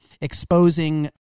exposing